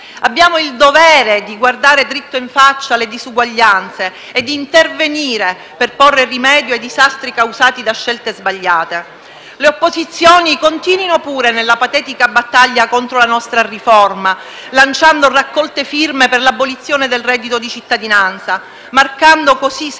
Abbiamo il dovere di guardare dritto in faccia le disuguaglianze e di intervenire per porre rimedio ai disastri causati da scelte sbagliate. Le opposizioni continuino pure nella patetica battaglia contro la nostra riforma, lanciando raccolte firme per l'abolizione del reddito di cittadinanza, marcando così sempre